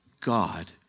God